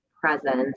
presence